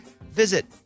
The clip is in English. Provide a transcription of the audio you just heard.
visit